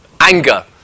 anger